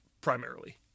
primarily